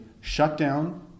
shutdown